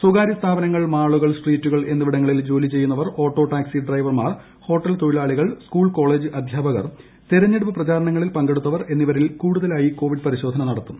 സ്വകാര്യ സ്ഥാപനങ്ങൾ മാളുകൾ സ്ട്രീറ്റുകൾ എന്നിവിടങ്ങളിൽ ജോലി ചെയ്യുന്നർ ഓട്ടോടാക്സി ഡ്രൈവർമാർ ഹോട്ടൽ തൊഴിലാളികൾ സ്കൂൾ കോളജ് അധ്യാപകർ തെരഞ്ഞെടുപ്പ് പ്രചാരണങ്ങളിൽ പങ്കെടുത്തവർ എന്നിവരിൽ കൂടുതലായി കോവിഡ് പരിശോധന നടത്തും